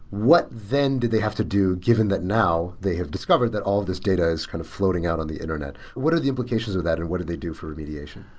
what then did they have to do given that, now, they have discovered that all of these data is kind of floating out on the internet? what are the implications of that and what did they do for remediation?